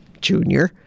Junior